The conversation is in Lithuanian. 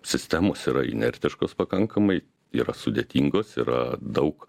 sistemos yra inertiškos pakankamai yra sudėtingos yra daug